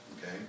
Okay